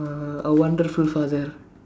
uh a wonderful father